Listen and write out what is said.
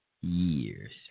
years